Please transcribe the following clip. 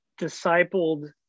discipled